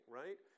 right